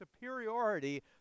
superiority